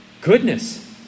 Goodness